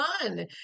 fun